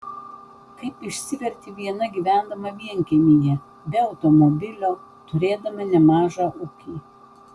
kaip išsiverti viena gyvendama vienkiemyje be automobilio turėdama nemažą ūkį